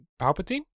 Palpatine